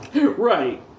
Right